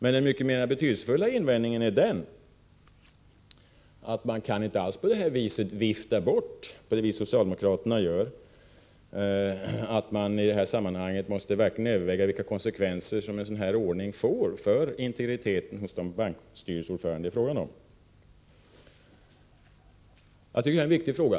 Men den mycket mera betydelsefulla invändningen är den, att man på Nr 52 detta sätt inte alls kan, som socialdemokraterna gör, vifta bort det faktum att man i detta sammanhang verkligen måste överväga vilka konsekvenser en 13 december 1984 sådan ordning får för integriteten hos de bankstyrelseordförande det är fråga == om. Det är en viktig fråga.